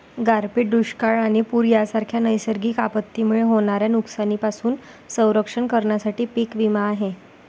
गारपीट, दुष्काळ आणि पूर यांसारख्या नैसर्गिक आपत्तींमुळे होणाऱ्या नुकसानीपासून संरक्षण करण्यासाठी पीक विमा आहे